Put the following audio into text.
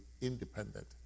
independent